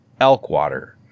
Elkwater